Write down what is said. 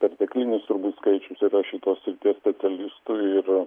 perteklinis turbūt skaičius yra šitos srities specialistų ir